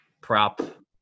prop